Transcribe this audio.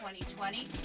2020